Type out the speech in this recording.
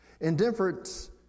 Indifference